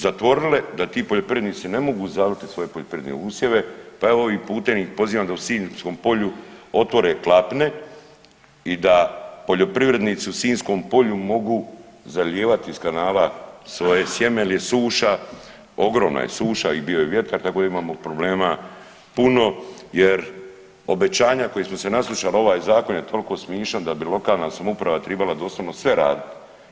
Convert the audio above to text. Zatvorile da ti poljoprivrednici ne mogu zaliti svoje poljoprivredne usjeve pa evo ovim putem ih pozivam da u Sinjskom polju otvore klapne i da poljoprivrednici u Sinjskom polju mogu zalijevat iz kanala svoje sjeme jer je suša, ogromna je suša i bio je vjetar tako da imamo problema puno jer obećanja kojih smo se naslušali, ovaj zakon je toliko smišan da bi lokalna samouprava tribala doslovno sve raditi.